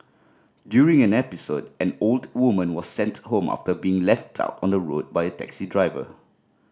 during an episode an old woman was sent home after being left out on the road by a taxi driver